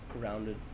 grounded